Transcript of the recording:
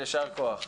יישר כוח.